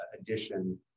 addition